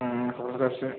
आं क'क्राझारसो